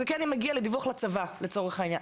זה מגיע לדיווח לצבא לצורך הענין.